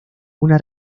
una